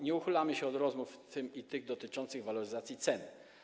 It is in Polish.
Nie uchylamy się od rozmów, w tym tych dotyczących waloryzacji cen.